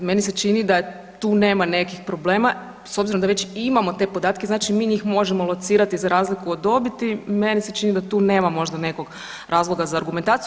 Meni se čini da tu nema nekih problema s obzirom da već imamo te podatke, znači mi njih možemo locirati za razliku od dobiti meni se čini da tu nema možda nekog razloga za argumentaciju.